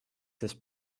sest